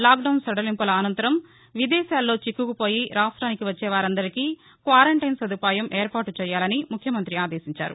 lockdown సడలింపుల అసంతరం విదేశాల్లో చిక్కుకుపోయి రాష్ట్వినికి వచ్చే వారందరికీ క్వారంటైన్ సదుపాయం ఏర్పాటు చేయాలని ముఖ్యమంతి ఆదేశించారు